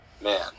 man